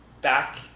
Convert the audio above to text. back